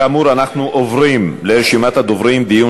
כאמור, אנחנו עוברים לרשימת הדוברים, דיון